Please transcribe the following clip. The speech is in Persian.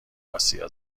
آسیا